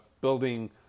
building